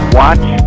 watch